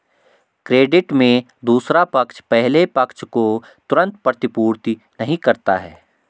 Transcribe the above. credit में दूसरा पक्ष पहले पक्ष को तुरंत प्रतिपूर्ति नहीं करता है